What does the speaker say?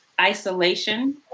isolation